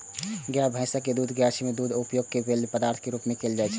गाय, भैंसक दूधे सन गाछक दूध के उपयोग पेय पदार्थक रूप मे कैल जाइ छै